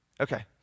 Okay